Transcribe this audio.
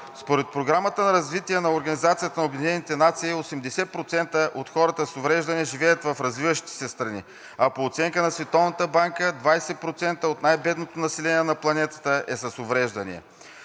Според Програмата за развитие на ООН, 80% от хората с увреждания живеят в развиващите се страни. А по оценка на Световната банка 20% от най-бедното население на планетата е с увреждания.